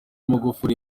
magufuli